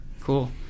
Cool